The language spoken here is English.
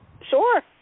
Sure